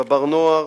בבר-נוער,